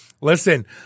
Listen